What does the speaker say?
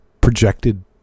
projected